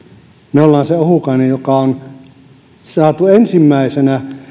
me olemme se ohukainen joka on ensimmäisenä